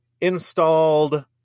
installed